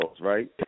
right